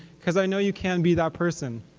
because i know you can be that person.